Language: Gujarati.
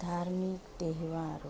ધાર્મિક તહેવારો